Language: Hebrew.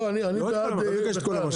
לא, אני בעד כל המשכנתה.